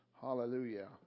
Hallelujah